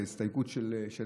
וגם ההסתייגות שלנו,